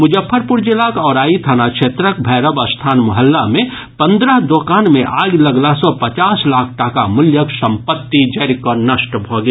मुजफ्फरपुर जिलाक औराई थाना क्षेत्रक भैरव स्थान मोहल्ला मे पन्द्रह दोकान मे आगि लगला सॅ पचास लाख टाक मूल्यक संपत्ति जरि कऽ नष्ट भऽ गेल